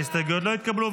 ההסתייגויות לא התקבלו.